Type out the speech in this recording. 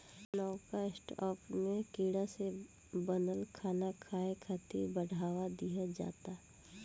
नवका स्टार्टअप में कीड़ा से बनल खाना खाए खातिर बढ़ावा दिहल जाता